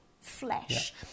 flesh